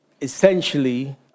essentially